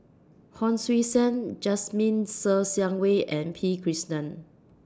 Hon Sui Sen Jasmine Ser Xiang Wei and P Krishnan